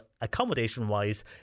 accommodation-wise